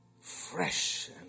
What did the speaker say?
fresh